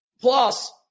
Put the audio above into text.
Plus